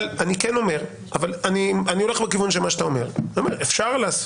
אני הולך לכיוון של מה שאתה אומר ואני אומר שאפשר לעשות,